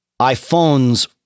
iPhones